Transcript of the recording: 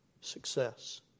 success